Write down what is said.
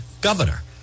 governor